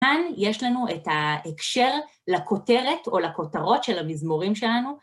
כאן יש לנו את ההקשר לכותרת או לכותרות של המזמורים שלנו.